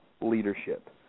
leadership